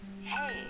Hey